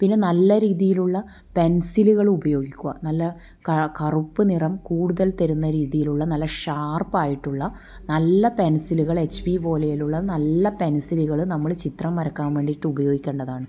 പിന്നെ നല്ല രീതിയിലുള്ള പെൻസിലുകൾ ഉപയോഗിക്കുക നല്ല കറുപ്പുനിറം കൂടുതൽ തരുന്ന രീതിയിലുള്ള നല്ല ഷാർപ്പായിട്ടുള്ള നല്ല പെൻസിലുകൾ എച്ച് പി പോലെയുള്ള നല്ല പെൻസിലുകൾ ചിത്രം വരക്കാൻ വേണ്ടിയിട്ട് ഉപയോഗിക്കേണ്ടതാണ്